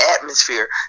atmosphere